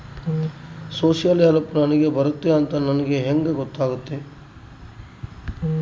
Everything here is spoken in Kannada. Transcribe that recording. ಸೋಶಿಯಲ್ ಹೆಲ್ಪ್ ನನಗೆ ಬರುತ್ತೆ ಅಂತ ನನಗೆ ಹೆಂಗ ಗೊತ್ತಾಗುತ್ತೆ?